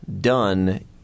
done